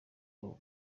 ubu